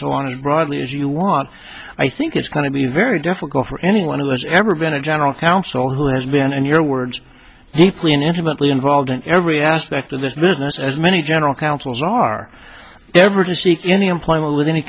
so long as broadly as you want i think it's going to be very difficult for anyone who has ever been a general counsel who has been in your words deeply and intimately involved in every aspect of this business as many general counsels are ever to seek any employment with any